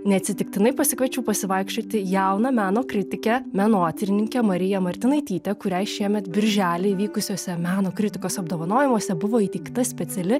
neatsitiktinai pasikviečiau pasivaikščioti jauną meno kritikė menotyrininkę mariją martinaitytę kuriai šiemet birželį vykusiuose meno kritikos apdovanojimuose buvo įteikta speciali